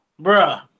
bruh